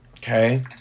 Okay